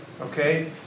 okay